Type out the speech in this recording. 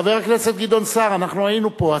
חבר הכנסת גדעון סער, אנחנו היינו פה.